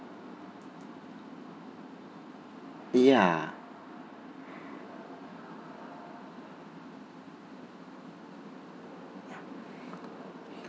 ya